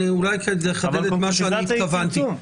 אני אחדד את מה שהתכוונתי אליו.